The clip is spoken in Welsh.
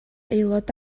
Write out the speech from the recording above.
aelod